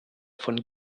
von